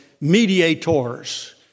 mediators